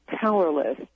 powerless